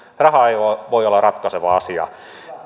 raha ei voi voi olla ratkaiseva asia